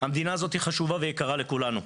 המדינה הזאת היא חשובה ויקרה לכולנו.